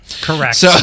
Correct